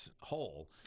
hole